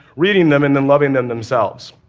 reading them and then loving them themselves.